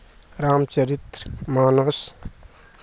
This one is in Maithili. राम चरित मानस